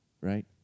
right